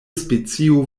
specio